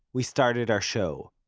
we started our show.